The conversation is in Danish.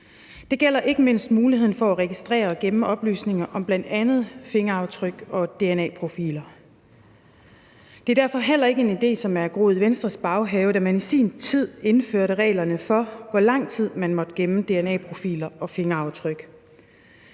Det gælder ikke mindst muligheden for at registrere og gemme oplysninger, bl.a. fingeraftryk og dna-profiler. Det var derfor heller ikke en idé, som var groet i Venstres baghave, da man i sin tid indførte reglerne for, hvor lang tid man måtte gemme dna-profiler og fingeraftryk.